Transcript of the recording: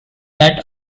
that